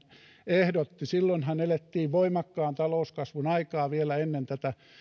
ehdotti silloinhan elettiin voimakkaan talouskasvun aikaa vielä ennen tätä